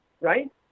Right